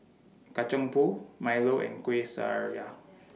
Kacang Pool Milo and Kuih Syara